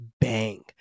bang